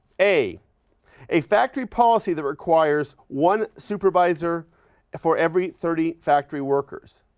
a a factory policy that requires one supervisor for every thirty factory workers.